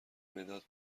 مداد